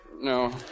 No